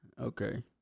Okay